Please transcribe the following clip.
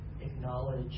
acknowledge